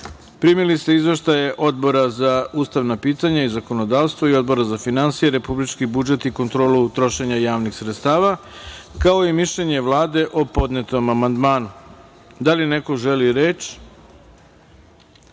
Bajrami. Primili ste izveštaje Odbora za ustavna pitanja i zakonodavstvo i Odbora za finansije, republički budžet i kontrolu trošenja javnih sredstava, kao i mišljenje Vlade o podnetom amandmanom. Da li neko želi reč? Reč